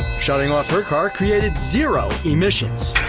shutting off her car created zero emissions!